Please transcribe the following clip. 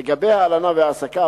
לגבי ההלנה וההעסקה,